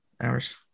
hours